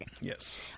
yes